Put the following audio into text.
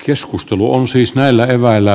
keskustelu on siis näillä eväillä